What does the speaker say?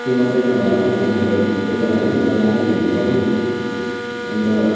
त्यो मात्रै नभएर हेलमेटहरू बोकेर हैन लगाएर हिँड्नुपर्यो अनि त